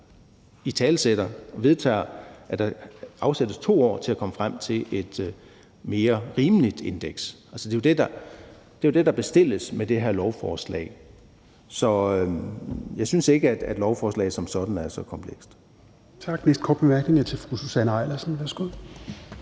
italesætter og vedtager, at der afsættes 2 år til at komme frem til et mere rimeligt indeks. Det er jo det, der bestilles med det her lovforslag. Så jeg synes ikke, at lovforslaget som sådan er så komplekst.